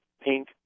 pink